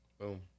Boom